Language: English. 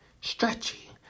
stretchy